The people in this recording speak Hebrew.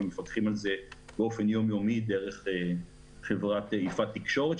מפקחים על זה באופן יום-יומי דרך חברת יפעת תקשורת,